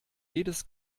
jedes